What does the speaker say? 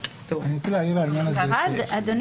אני רוצה להפנות את תשומת הלב של אדוני